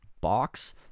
box